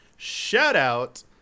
Shoutout